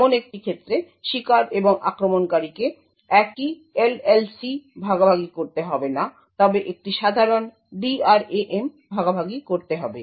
এমন একটি ক্ষেত্রে শিকার এবং আক্রমণকারীকে একই LLC ভাগাভাগি করতে হবে না তবে একটি সাধারণ DRAM ভাগাভাগি করতে হবে